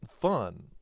fun